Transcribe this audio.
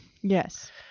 Yes